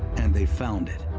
and they found it.